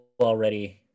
already